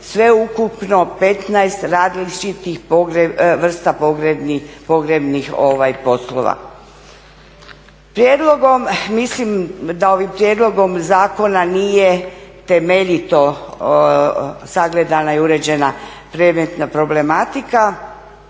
sveukupno 15 različitih vrsta pogrebnih poslova. Mislim da ovim prijedlogom zakona nije temeljito sagledana i uređena predmetna problematika,